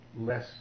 less